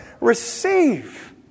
receive